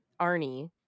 Arnie